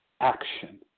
action